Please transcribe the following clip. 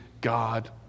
God